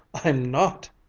i'm not,